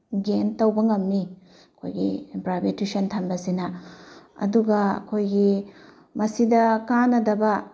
ꯒꯦꯟ ꯇꯧꯕ ꯉꯝꯃꯤ ꯑꯩꯈꯣꯏꯒꯤ ꯄ꯭ꯔꯥꯏꯚꯦꯠ ꯇ꯭ꯋꯤꯁꯟ ꯊꯝꯕꯁꯤꯅ ꯑꯗꯨꯒ ꯑꯩꯈꯣꯏꯒꯤ ꯃꯁꯤꯗ ꯀꯥꯟꯅꯗꯕ